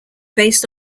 based